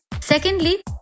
Secondly